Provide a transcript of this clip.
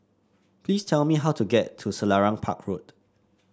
please tell me how to get to Selarang Park Road